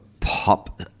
pop